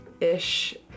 ish